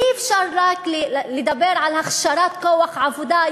אי-אפשר רק לדבר על הכשרת כוח עבודה.